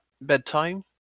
bedtime